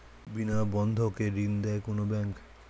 বিনা বন্ধকে ঋণ দেয় কোন ব্যাংক?